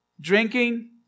drinking